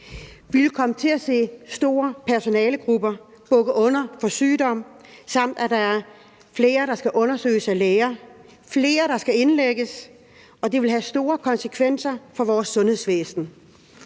Vi vil komme til at se store personalegrupper bukke under for sygdom, samt at der er flere, der skal undersøges af læger, flere, der skal indlægges, og det vil have store konsekvenser for vores sundhedsvæsen.